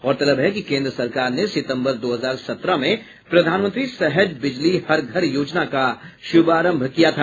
गौरतलब है कि केन्द्र सरकार ने सितंबर दो हजार सत्रह में प्रधानमंत्री सहज बिजली हर घर योजना का शुभारंभ किया था